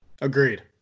Agreed